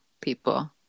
people